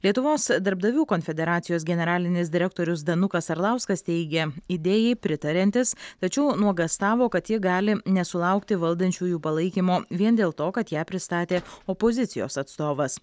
lietuvos darbdavių konfederacijos generalinis direktorius danukas arlauskas teigia idėjai pritariantis tačiau nuogąstavo kad ji gali nesulaukti valdančiųjų palaikymo vien dėl to kad ją pristatė opozicijos atstovas